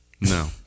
No